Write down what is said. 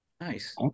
Nice